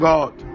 God